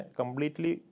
completely